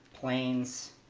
plains